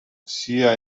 sia